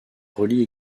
relient